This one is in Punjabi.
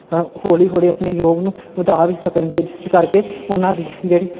ਹ ਹੌਲੀ ਹੌਲੀ ਆਪਣੇ ਯੋਗ ਨੂੰ ਵਧਾ ਵੀ ਸਕਣਗੇ ਜਿਸ ਕਰਕੇ ਉਹਨਾਂ ਦੀ ਜਿਹੜੀ